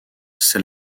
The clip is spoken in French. c’est